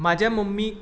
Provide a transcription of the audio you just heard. म्हाज्या मम्मीक